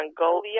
Mongolia